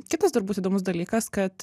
kitas turbūt įdomus dalykas kad